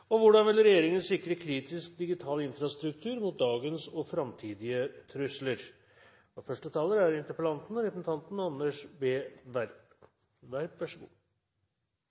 Hvordan vil regjeringen sikre kritisk, digital infrastruktur mot dagens og framtidige trusler? Interpellanten tar opp et særdeles viktig og